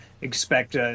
expect